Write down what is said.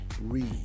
read